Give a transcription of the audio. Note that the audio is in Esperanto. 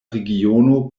regiono